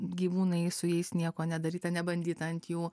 gyvūnai su jais nieko nedaryta nebandyta ant jų